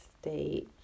state